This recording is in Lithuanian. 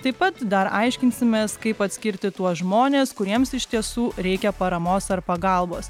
taip pat dar aiškinsimės kaip atskirti tuos žmones kuriems iš tiesų reikia paramos ar pagalbos